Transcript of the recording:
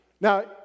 Now